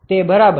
તે બરાબર છે